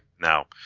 now